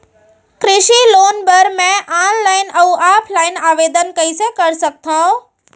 कृषि लोन बर मैं ऑनलाइन अऊ ऑफलाइन आवेदन कइसे कर सकथव?